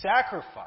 sacrifice